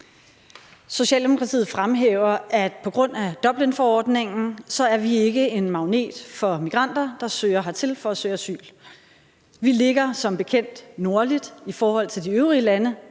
Socialdemokratiet fremhæver, at på grund af Dublinforordningen er vi ikke en magnet for migranter, der søger hertil for at søge asyl. Vi ligger som bekendt nordligt i forhold til de øvrige lande,